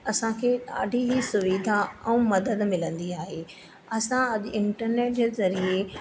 असांखे ॾाढी ई सुविधा ऐं मदद मिलंदी आहे असां अॼु इंटरनेट जे ज़रिए